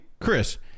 Chris